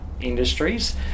industries